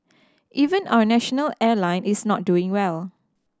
even our national airline is not doing well